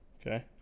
Okay